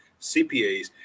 CPAs